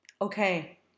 Okay